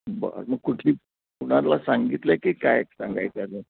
बरं मग कुठली कुणाला सांगितलं आहे की काय सांगायचं अजून